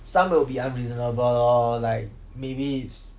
some will be unreasonable lor like maybe it's